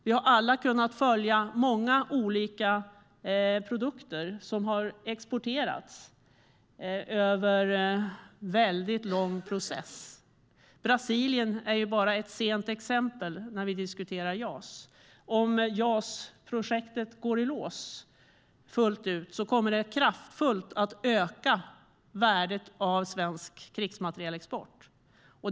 Vi har alla kunnat följa många olika produkter som har exporteras i en lång process. Ett aktuellt exempel är Brasilien och JAS. Om JAS-projektet går i lås fullt ut kommer det att öka värdet av svensk krigsmaterielexport kraftigt.